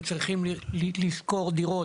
הם צריכים לשכור דירות,